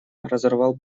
разорвал